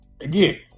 Again